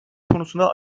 konusunda